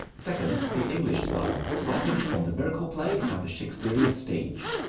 second, the english style, ripened from the miracle play and the shakespearian stage.